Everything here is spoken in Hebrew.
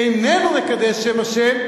איננו מקדש שם השם,